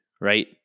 right